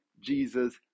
Jesus